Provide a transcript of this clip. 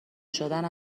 شدن